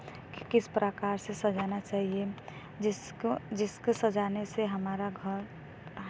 कि किस प्रकार से सजाना चाहिए जिसको जिसके सजाने से हमारा घर